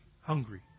hungry